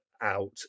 out